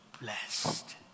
blessed